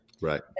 Right